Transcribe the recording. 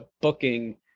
booking